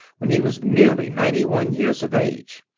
when he was nearly ninety-one years of age.